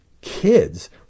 kids